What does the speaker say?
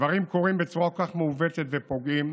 דברים קורים בצורה כל כך מעוותת ופוגעים,